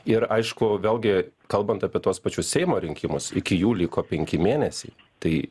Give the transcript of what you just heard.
ir aišku vėlgi kalbant apie tuos pačius seimo rinkimus iki jų liko penki mėnesiai tai